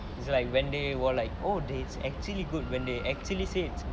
it's like when they were like oh dates actually good when they actually said